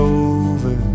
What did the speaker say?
over